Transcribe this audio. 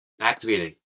activating